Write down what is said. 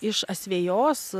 iš asvejos